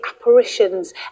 apparitions